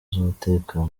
z’umutekano